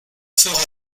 fera